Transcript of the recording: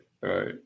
Right